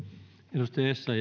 arvoisa